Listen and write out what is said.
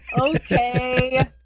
okay